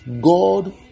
God